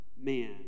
Man